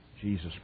Jesus